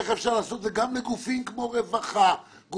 אפשר לעשות את זה גם בגופים כמו רווחה ועוד